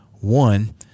One